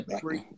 Three